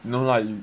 no lah you